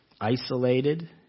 isolated